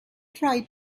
tried